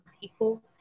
people